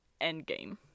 Endgame